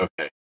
Okay